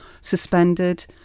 suspended